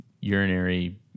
urinary